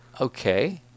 Okay